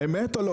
אמת או לא?